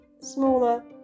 smaller